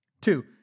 Two